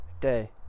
day